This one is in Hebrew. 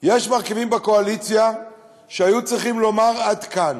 יש מרכיבים בקואליציה שהיו צריכים לומר: עד כאן,